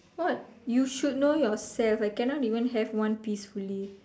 what you should know yourself I cannot even have one peacefully